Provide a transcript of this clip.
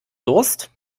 durst